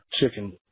chicken